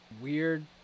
weird